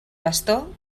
bastó